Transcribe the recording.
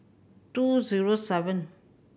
two zero seven